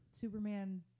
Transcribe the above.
Superman